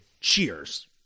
cheers